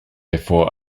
before